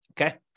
Okay